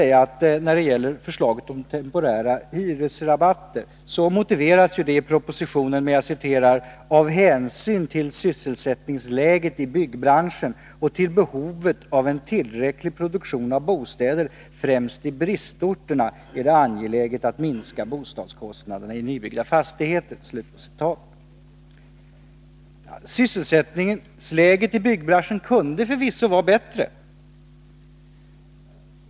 Förslaget om temporära hyresrabatter motiveras i proposition 50 på följande sätt: ”Av hänsyn till sysselsättningsläget i byggbranschen och till behovet av en tillräcklig produktion av bostäder främst i bristorterna är det angeläget att minska bostadskostnaderna i nybyggda fastigheter.” Sysselsättningsläget i byggbranschen kunde förvisso vara bättre.